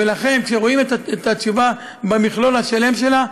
לכן כשרואים את התשובה במכלול השלם שלה,